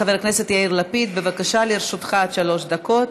חבר הכנסת יאיר לפיד, בבקשה, לרשותך עד שלוש דקות.